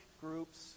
groups